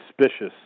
suspicious